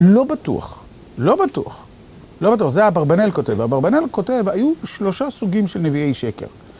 לא בטוח, לא בטוח, לא בטוח. זה אברבאנל כותב, ואברבאנל כותב, היו שלושה סוגים של נביאי שקר.